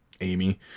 Amy